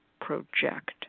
project